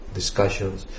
discussions